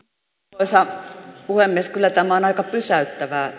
arvoisa puhemies kyllä tämä keskustelu on aika pysäyttävää